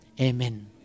Amen